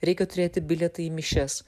reikia turėti bilietą į mišias